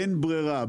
אין ברירה,